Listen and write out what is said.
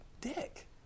dick